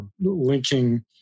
linking